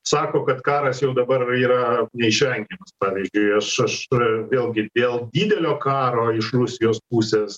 sako kad karas jau dabar yra neišvengiamas pavyzdžiui aš aš vėlgi dėl didelio karo iš rusijos pusės